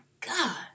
god